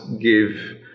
give